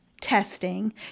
testing